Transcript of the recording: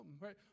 Right